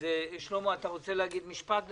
שלמה, אתה רוצה להגיד משפט?